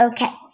Okay